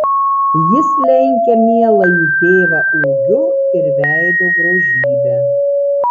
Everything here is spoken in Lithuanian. jis lenkia mieląjį tėvą ūgiu ir veido grožybe